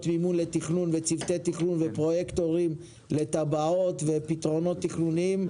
מימון לתכנון וצוותי תכנון ופרויקטורים לתב"עות ופתרונות תכנוניים,